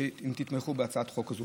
אם תתמכו בהצעת החוק הזאת.